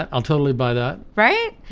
i'll totally buy that, right?